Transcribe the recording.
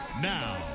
Now